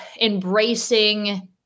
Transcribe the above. embracing